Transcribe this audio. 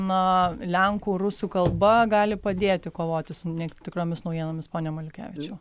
na lenkų rusų kalba gali padėti kovoti su netikromis naujienomis pone maliukevičiau